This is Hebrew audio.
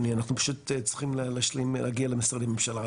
צהריים טובים לכולם.